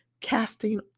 Casting